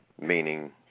Meaning